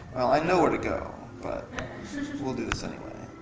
know where to go, but we'll do this anyway.